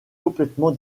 complètement